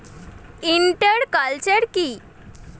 Inter culture কি?